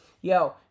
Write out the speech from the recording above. yo